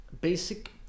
basic